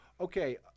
Okay